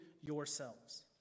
yourselves